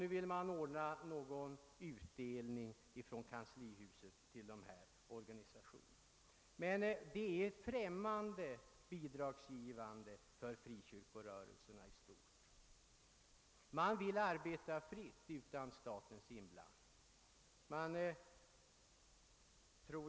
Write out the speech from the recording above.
Nu vill man från kanslihuset utdela ekonomiska bidrag till dessa organisationer. Statliga bidrag är en främmande fi nansieringsmetod för frikyrkorörelserna i stort. Frikyrkorna vill arbeta fritt utan statens inblandning.